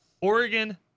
Oregon